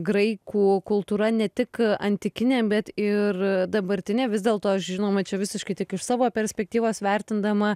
graikų kultūra ne tik antikinė bet ir dabartinė vis dėlto žinoma čia visiškai tik iš savo perspektyvos vertindama